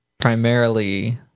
Primarily